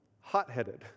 hot-headed